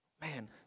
Man